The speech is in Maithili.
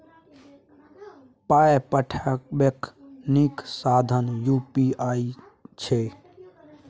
पाय पठेबाक नीक साधन यू.पी.आई छै